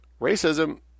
Racism